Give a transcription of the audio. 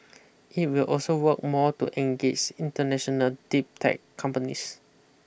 it will also work more to engage international deep tech companies